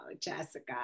Jessica